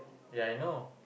ya I know